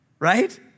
right